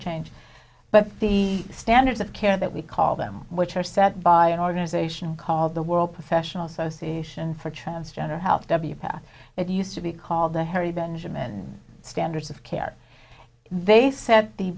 change but the standards of care that we call them which are set by an organization called the world professional association for transgender health w path it used to be called the harry benjamin standards of care they said the